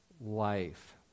life